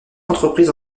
entreprises